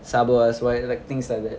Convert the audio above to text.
sabo us why like things like that